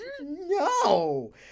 No